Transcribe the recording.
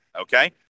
okay